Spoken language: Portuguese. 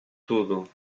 tudo